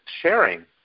sharing